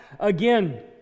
Again